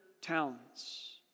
towns